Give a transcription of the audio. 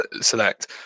select